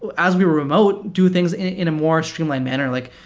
as we were remote, do things in in a more streamlined manner. like,